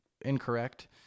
incorrect